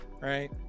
Right